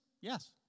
yes